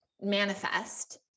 manifest